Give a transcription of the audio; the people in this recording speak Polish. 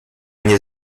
nie